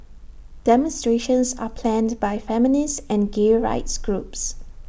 demonstrations are planned by feminist and gay rights groups